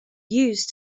used